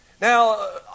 Now